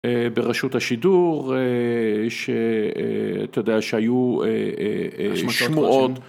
ברשות השידור, שאתה יודע, שהיו שמועות.